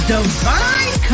Divine